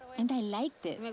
and i liked it.